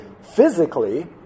physically